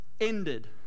ended